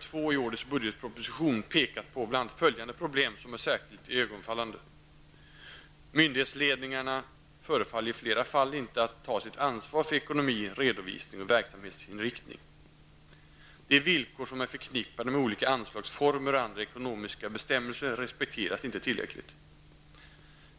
2 i årets budgetproposition pekat på bl.a. följande problem som är särskilt iögonfallande: -- myndighetsledningarna förefaller i flera fall inte att ta sitt ansvar för ekonomi, redovisning och verksamhetsinriktning, -- de villkor som är förknippade med olika anslagsformer och andra ekonomiska bestämmelser respekteras inte tillräckligt, --